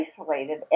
isolated